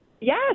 Yes